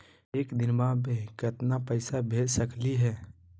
एक दिनवा मे केतना पैसवा भेज सकली हे?